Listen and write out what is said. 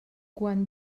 quan